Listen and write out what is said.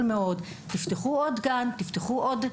מאוד לפתוח עוד גן לפתוח ועוד מעון,